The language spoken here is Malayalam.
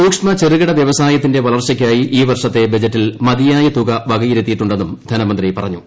സൂക്ഷ്മ ചെറുകിട വൃവസായത്തിന്റെ വളർച്ചയ്ക്കായി ഈ വർഷത്തെ ബജറ്റിൽ മതിയായ തുക വകയിരുത്തിയിട്ടുണ്ടെന്നും ധനമന്ത്രി പറഞ്ഞു